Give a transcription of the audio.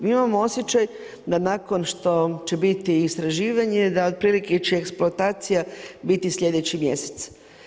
Mi imamo osjećaj da nakon što će biti istraživanje da od prilike će eksploatacija će biti sljedeći mjesec.